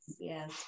yes